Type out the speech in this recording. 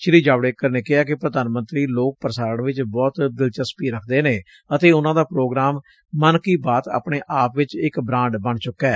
ਸ੍ਰੀ ਜਾਵਡੇਕਰ ਨੇ ਕਿਹਾ ਕਿ ਪ੍ਰਧਾਨ ਮੰਤਰੀ ਲੋਕ ਪ੍ਰਸਾਰਣ ਵਿਚ ਬਹੁਤ ਦਿਲਚਸਪੀ ਰਖਦੀ ਨੇ ਅਤੇ ਉਨਾਂ ਦਾ ਪ੍ਰੋਗਰਾਮ ਮਨ ਕੀ ਬਾਤ ਆਪਣੇ ਆਪ ਵਿਚ ਇਕ ਬੁਾਂਡ ਬਣ ਚੁੱਕੈ